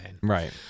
Right